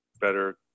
better